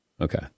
Okay